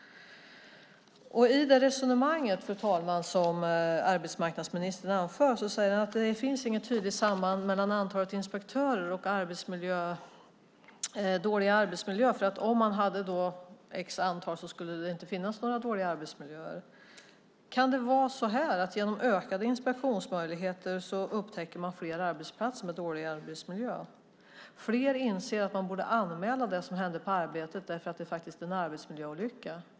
I det resonemang, fru talman, som arbetsmarknadsministern anför säger han att det inte finns något tydligt samband mellan antalet inspektörer och dålig arbetsmiljö. Om det fanns ett visst antal skulle det inte finnas en dålig arbetsmiljö. Kan det vara så att man genom ökade inspektionsmöjligheter upptäcker fler arbetsplatser med dålig arbetsmiljö? Fler inser att man borde anmäla det som händer på arbetet därför att det faktiskt är en arbetsmiljöolycka.